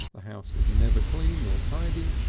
the house was never clean nor tidy,